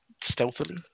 stealthily